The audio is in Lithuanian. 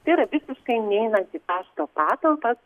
tai yra visiškai neinant į pašto patalpas